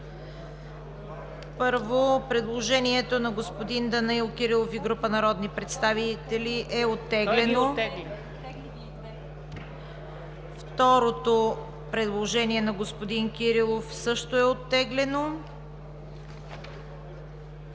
Предложението на господин Данаил Кирилов и група народни представители е оттеглено. Второто предложение на господин Кирилов също е оттеглено.